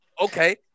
okay